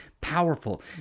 powerful